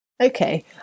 okay